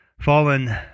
fallen